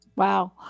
Wow